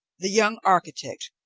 the young architect,